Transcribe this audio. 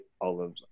olives